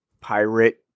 pirate